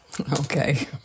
Okay